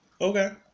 Okay